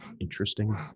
interesting